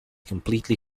completely